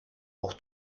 auch